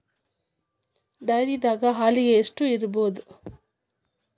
ಡೈರಿದಾಗ ಹಾಲಿಗೆ ಎಷ್ಟು ಇರ್ಬೋದ್?